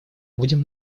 будем